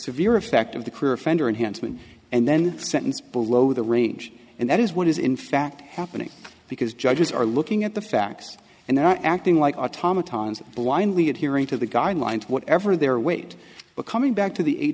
severe effect of the career offender and hansen and then sentence below the range and that is what is in fact happening because judges are looking at the facts and then acting like automatons blindly adhering to the guidelines whatever their weight but coming back to the eight